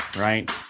right